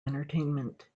entertainment